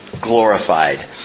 glorified